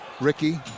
Ricky